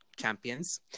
champions